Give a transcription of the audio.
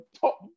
top